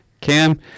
cam